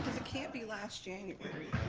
it can't be last january.